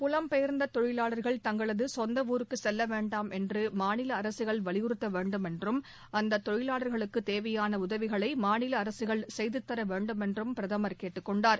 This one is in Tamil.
புலம் பெயர்ந்த தொழிலாளர்கள் தங்களது சொந்த ஊருக்கு செல்ல வேண்டாம் என்று மாநில அரசுகள் வலியுறுத்த வேண்டும் என்றும் அந்த தொழிலாளர்களுக்கு தேவையான உதவிகளை மாநில அரசுகள் செய்துதர வேண்டும் என்றும் பிரதமர் கேட்டுக் கொண்டார்